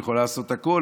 היא יכולה לעשות הכול,